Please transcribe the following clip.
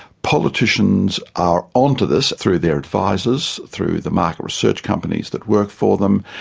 politicians are onto this through their advisers, through the market research companies that work for them,